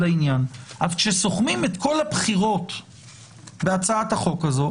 אז כשסוכמים את כל הבחירות בהצעת החוק הזאת,